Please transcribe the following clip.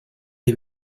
dei